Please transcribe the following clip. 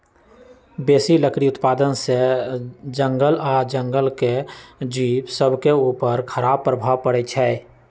बेशी लकड़ी उत्पादन से जङगल आऽ जङ्गल के जिउ सभके उपर खड़ाप प्रभाव पड़इ छै